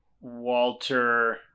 Walter